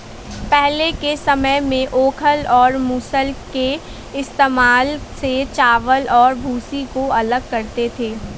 पहले के समय में ओखल और मूसल के इस्तेमाल से चावल और भूसी को अलग करते थे